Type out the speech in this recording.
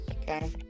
Okay